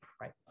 right